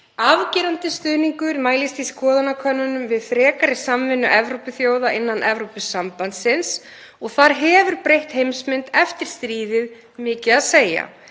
Afgerandi stuðningur mælist í skoðanakönnunum við frekari samvinnu Evrópuþjóða innan Evrópusambandsins og þar hefur breytt heimsmynd eftir stríðið mikið að segja